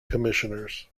commissioners